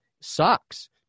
sucks